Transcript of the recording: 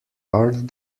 art